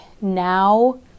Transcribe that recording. now